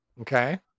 okay